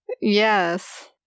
Yes